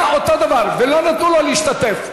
היה אותו דבר ולא נתנו לו להשתתף.